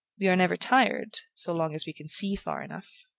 we are never tired, so long as we can see far enough.